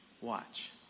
watch